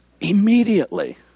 immediately